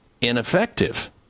ineffective